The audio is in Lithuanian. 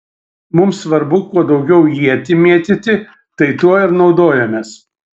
mums svarbu kuo daugiau ietį mėtyti tai tuo ir naudojamės